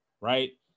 right